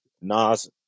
Nas